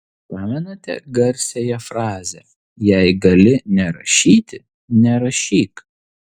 pamenate garsiąją frazę jei gali nerašyti nerašyk